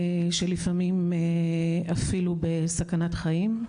לפעמים אפילו בסכנת חיים.